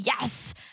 yes